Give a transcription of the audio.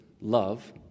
love